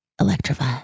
Electrify